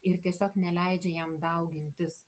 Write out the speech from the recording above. ir tiesiog neleidžia jam daugintis